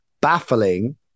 baffling